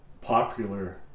popular